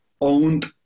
owned